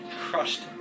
crushed